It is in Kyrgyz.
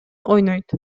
ойнойт